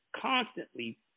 constantly